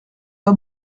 pas